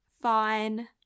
fine